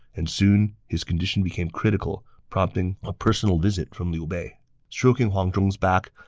and soon his condition became critical, prompting a personal visit from liu bei stroking huang zhong's back,